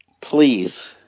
Please